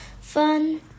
fun